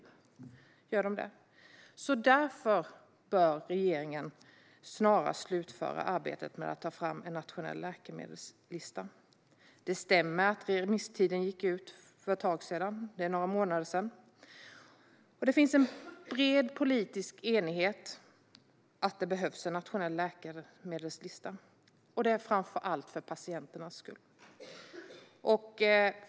Regeringen borde därför snarast slutföra arbetet med att ta fram en sådan. Det stämmer att remisstiden gick ut för ett tag sedan. Det har gått några månader. Det finns en bred politisk enighet om att det behövs en nationell läkemedelslista, framför allt för patienternas skull.